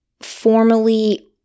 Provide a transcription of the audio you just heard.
formally